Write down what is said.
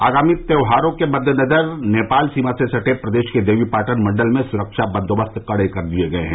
आगामी त्यौहारों के मददेनजर नेपाल सीमा से सटे प्रदेश के देवीपाटन मंडल में सुरक्षा बंदोबस्त कड़े कर दिये गये हैं